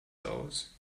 aus